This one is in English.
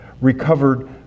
recovered